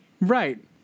Right